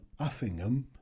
Uffingham